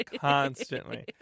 constantly